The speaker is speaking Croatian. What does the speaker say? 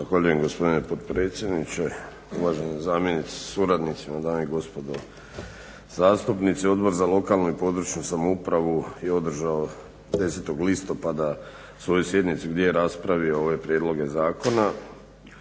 gospodine potpredsjedniče, uvažene zamjenice sa suradnicima, dame i gospodo zastupnici. Odbor za lokalnu i područnu samoupravu je održao 10. listopada svoju sjednicu gdje je raspravio ove prijedloge zakona.